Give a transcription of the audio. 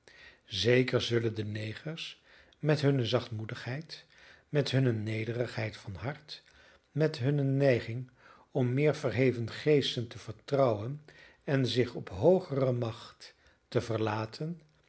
zeker zullen de negers met hunne zachtmoedigheid met hunne nederigheid van hart met hunne neiging om meer verheven geesten te vertrouwen en zich op hoogere macht te verlaten